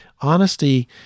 Honesty